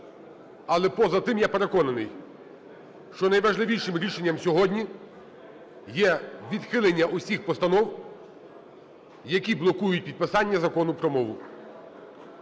Але поза тим, я переконаний, що найважливішим рішенням сьогодні є відхилення усіх постанов, які блокують підписання Закону про мову.